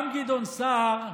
גם גדעון סער,